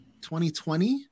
2020